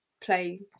play